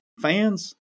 fans